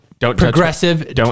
progressive